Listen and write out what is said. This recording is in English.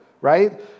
Right